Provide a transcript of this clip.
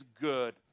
good